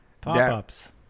Pop-ups